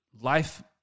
life